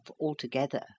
altogether